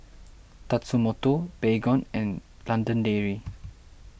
Tatsumoto Baygon and London Dairy